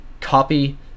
copy